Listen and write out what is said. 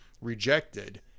rejected